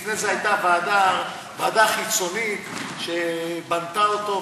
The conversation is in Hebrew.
לפני זה הייתה ועדה חיצונית שבנתה אותו,